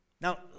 Now